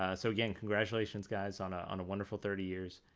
ah so again, congratulations, guys, on ah on a wonderful thirty years,